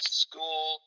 school